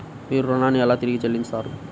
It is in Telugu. మీరు ఋణాన్ని ఎలా తిరిగి చెల్లిస్తారు?